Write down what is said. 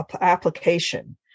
application